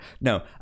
No